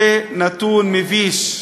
זה נתון מביש.